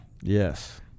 yes